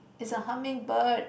is a hummingbird